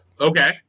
Okay